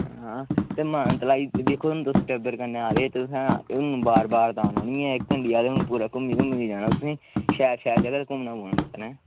हां ते मानतलाई दिक्खो हून तुस टब्बर कन्नै आए दे तुसें हून बार बार ते आना नी ऐ इक हांडी आए दे हून पूरा घूमी घुमी जाना तुसें शैल शैल जगह घूमने पौना तुसें